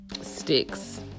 sticks